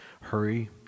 hurry